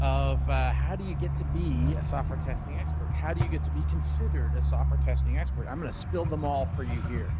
of how do you get to be a software testing expert, how do you get to be considered a software testing expert. i'm going to spill them all for you here.